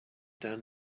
when